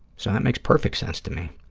so, that makes perfect sense to me.